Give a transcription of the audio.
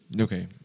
Okay